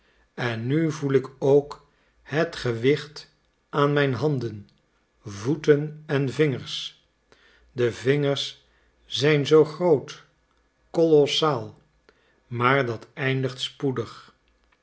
en nu voel ik ook het gewicht aan mijn handen voeten en vingers de vingers zijn zoo groot kolossaal maar dat eindigt spoedig